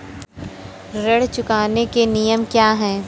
ऋण चुकाने के नियम क्या हैं?